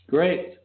Great